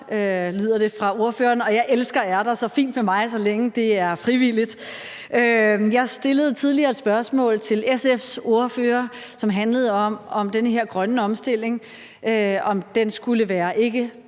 lyder det fra ordføreren. Og jeg elsker ærter, så det er fint med mig, så længe det er frivilligt. Jeg stillede tidligere et spørgsmål til SF's ordfører, som handlede om, om den her grønne omstilling skulle være ikke